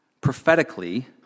prophetically